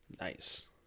Nice